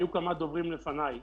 היו כמה דוברים לפניי